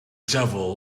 devil